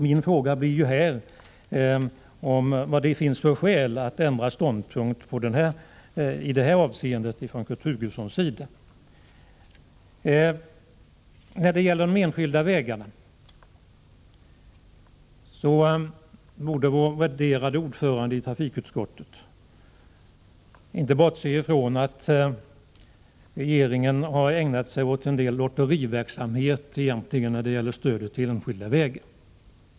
Min fråga blir här: Vad har Kurt Hugosson för skäl att ändra ståndpunkt i det avseendet? Trafikutskottets värderade ordförande borde inte bortse från att regeringen har ägnat sig åt en del lotteriverksamhet när det gäller stödet till enskilda vägar.